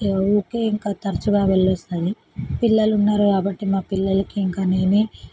ఇక ఊరికే ఇంకా తరచుగా వెళ్ళి వస్తుంది పిల్లలున్నారు కాబట్టి మా పిల్లలకి ఇంకా నేనే